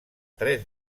tres